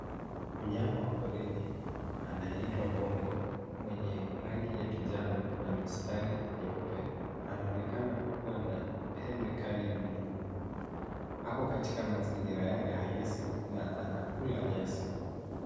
Mnyama wa porini anaitwa bongo mwenye rangi ya kijano na mistari nyeupe anaonekana kuwa na pembe kali mno. Ako katika mazingira yake halisi na anakula nyasi.